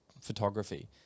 photography